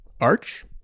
Arch